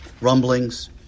rumblings